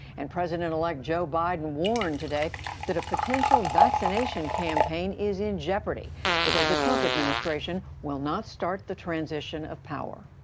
and president-elect joe biden warned today that a potential vaccination campaign is in jeopardy because the trump administration will not start the transition of power.